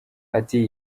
ati